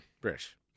British